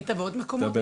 היית בעוד מקומות?